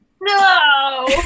No